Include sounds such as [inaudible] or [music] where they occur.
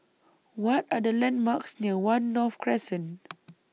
What Are The landmarks near one North Crescent [noise]